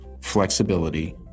flexibility